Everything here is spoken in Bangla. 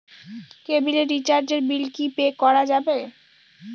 কেবিলের রিচার্জের বিল কি পে করা যাবে?